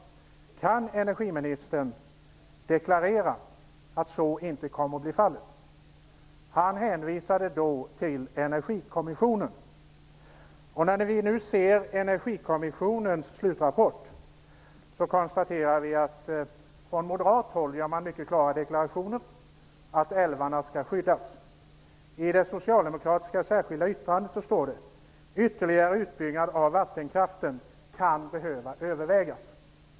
Den löd: Kan energiministern deklarera att så inte kommer att bli fallet? Han hänvisade då till Energikommissionen. När vi nu ser kommissionens slutrapport kan vi konstatera att det från moderat håll görs mycket klara deklarationer för att älvarna skall skyddas. I det socialdemokratiska särskilda yttrandet står det att ytterligare utbyggnad av vattenkraften kan behöva övervägas.